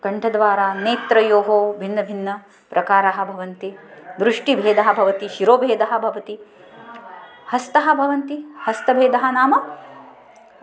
कण्ठद्वारा नेत्रयोः भिन्नभिन्नप्रकाराः भवन्ति दृष्टिभेदः भवति शिरोभेदः भवति हस्ताः भवन्ति हस्तभेदः नाम